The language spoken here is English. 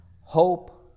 hope